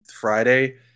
Friday